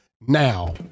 now